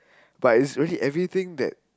but is really everything that